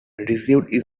received